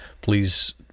please